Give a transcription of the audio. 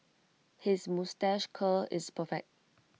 his moustache curl is perfect